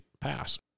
pass